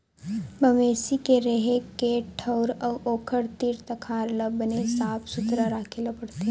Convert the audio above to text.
मवेशी के रेहे के ठउर अउ ओखर तीर तखार ल बने साफ सुथरा राखे ल परथे